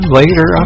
later